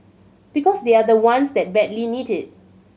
because they are the ones that badly need it